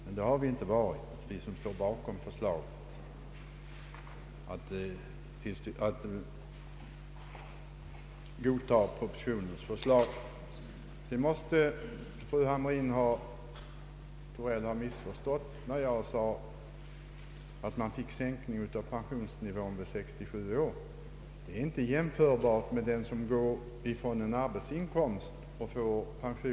Vi som godtar propositionens förslag har emellertid inte tvekat. Fru Hamrin-Thorell måste ha missförstått vad jag sade om sänkning av pensionsnivån vid 67 år. Detta är inte jämförbart med förhållandena för den som går från en arbetsinkomst och får pension.